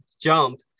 jump